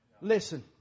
Listen